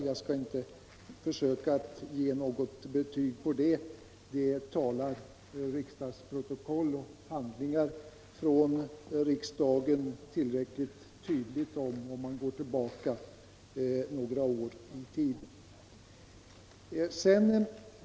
Jag skall inte försöka sätta betyg på det — protokoll och handlingar i riksdagen talar tillräckligt tydligt om det, om man går tillbaka några år i tiden.